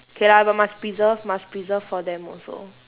okay lah but must preserve must preserve for them also